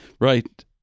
Right